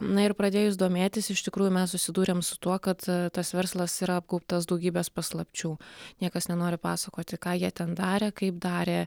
na ir pradėjus domėtis iš tikrųjų mes susidūrėm su tuo kad tas verslas yra apgaubtas daugybės paslapčių niekas nenori pasakoti ką jie ten darė kaip darė